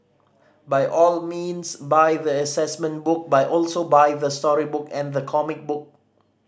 by all means buy the assessment book buy also buy the storybook and the comic book